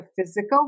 physical